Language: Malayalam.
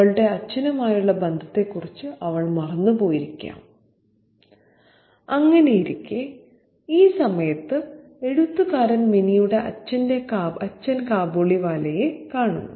അവളുടെ അച്ഛനുമായുള്ള ബന്ധത്തെക്കുറിച്ച് അവൾ മറന്നുപോയിരിക്കാം അങ്ങനെയിരിക്കെ ഈ സമയത്ത് എഴുത്തുകാരൻ മിനിയുടെ അച്ഛൻ കാബൂളിവാലയെ കാണുന്നു